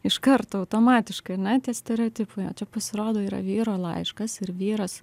iš karto automatiškai na tie stereotipai o čia pasirodo yra vyro laiškas ir vyras